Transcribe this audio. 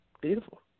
Beautiful